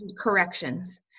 Corrections